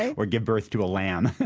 or give birth to a lamb